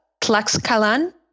Tlaxcalan